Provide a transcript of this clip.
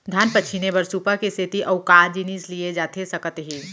धान पछिने बर सुपा के सेती अऊ का जिनिस लिए जाथे सकत हे?